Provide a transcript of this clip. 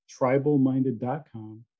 tribalminded.com